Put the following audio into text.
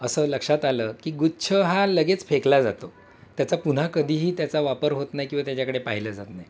असं लक्षात आलं की गुच्छ हा लगेच फेकला जातो त्याचा पुन्हा कधीही त्याचा वापर होत नाही किंवा त्याच्याकडे पाहिलं जात नाही